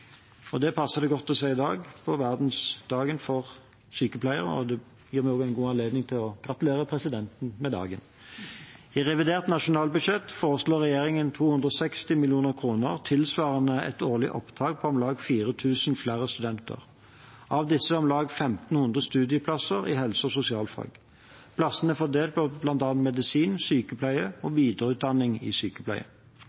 Det passer det godt å si i dag, på verdensdagen for sykepleiere – og det gir meg også en god anledning til å gratulere presidenten med dagen. I revidert nasjonalbudsjett foreslår regjeringen 260 mill. kr, tilsvarende ett årlig opptak på om lag 4 000 flere studenter, av disse om lag 1 500 studieplasser i helse- og sosialfag. Plassene er fordelt på bl.a. medisin, sykepleie og